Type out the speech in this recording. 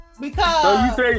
Because-